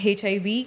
hiv